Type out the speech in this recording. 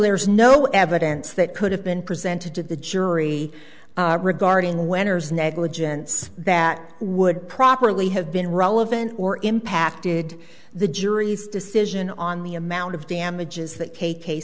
there's no evidence that could have been presented to the jury regarding winners negligence that would properly have been relevant or impacted the jury's decision on the amount of damages that k k